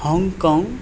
Hong Kong